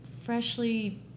freshly